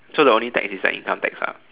so the only tax is like income tax ah